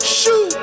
shoot